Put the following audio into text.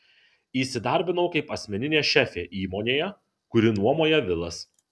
įsidarbinau kaip asmeninė šefė įmonėje kuri nuomoja vilas